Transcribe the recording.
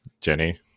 jenny